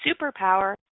superpower